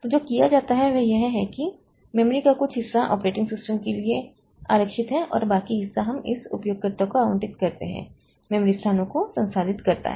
तो जो किया जाता है वह यह है कि मेमोरी का कुछ हिस्सा ऑपरेटिंग सिस्टम के लिए आरक्षित है और बाकी हिस्सा हम इस उपयोगकर्ता को आवंटित करते हैं मेमोरी स्थानों को संसाधित करता है